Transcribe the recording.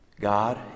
God